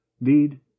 need